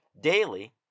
daily